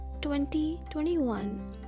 2021